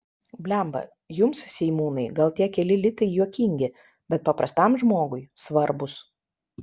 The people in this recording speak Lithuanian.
blemba jums seimūnai gal tie keli litai juokingi bet paprastam žmogui svarbūs